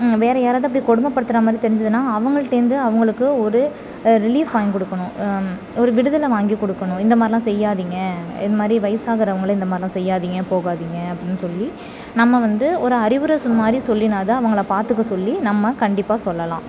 வேறு யாராவது அப்படி கொடுமைப்படுத்துறா மாதிரி தெரிஞ்சுதுன்னா அவங்கள்டேந்து அவங்களுக்கு ஒரு ரிலீஃப் வாங்கி கொடுக்கணும் ஒரு விடுதலை வாங்கி கொடுக்கணும் இந்த மாதிரிலாம் செய்யாதீங்க இந்த மாதிரி வயசாகுறவங்களை இந்த மாதிரிலாம் செய்யாதிங்க போகாதிங்க அப்படின்னு சொல்லி நம்ம வந்து ஒரு அறிவுரை சொன்ன மாதிரி சொல்லினால் தான் அவங்கள பார்த்துக்க சொல்லி நம்ம கண்டிப்பாக சொல்லலாம்